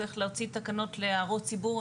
צריך להוציא תקנות להערות ציבור.